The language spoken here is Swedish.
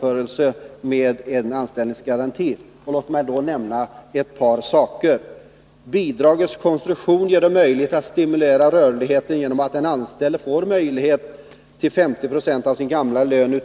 För det första: Omställningsbidragets konstruktion gör det möjligt att stimulera rörligheten genom att den anställde, utöver den nya lönen när han fått ett nytt arbete, kan få 50 26 av sin gamla lön